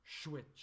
Switch